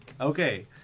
Okay